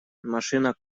машина